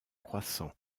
croissant